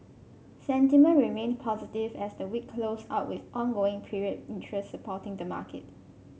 sentiment remained positive as the week closed out with ongoing period interest supporting the market